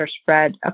spread